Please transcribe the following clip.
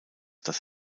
das